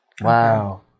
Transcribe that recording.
Wow